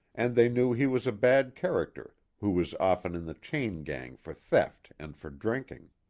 and they knew he was a bad character who was often in the chain-gang for theft and for drinking.